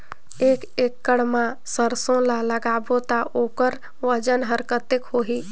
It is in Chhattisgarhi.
एक एकड़ मा सरसो ला लगाबो ता ओकर वजन हर कते होही?